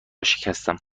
شکستم